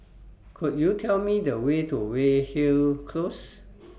Could YOU Tell Me The Way to Weyhill Close